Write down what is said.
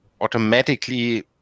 automatically